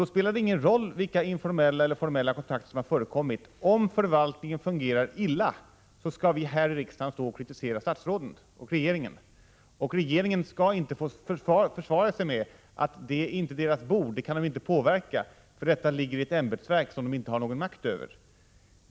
Då spelar det ingen roll vilka informella eller 13 maj 1987 formella kontakter som har förekommit. Om förvaltningen fungerar illa, Tora GT oo skall vi här i riksdagen kritisera statsråden och regeringen, och regeringen skall inte få försvara sig med att det inte är dess bord, att det kan den inte påverka utan det ligger hos ett ämbetsverk som regeringen inte har någon makt över.